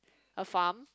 a farm